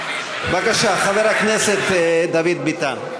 בבקשה, חבר הכנסת דוד ביטן.